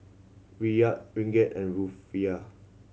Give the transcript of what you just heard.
Riyal Ringgit and Rufiyaa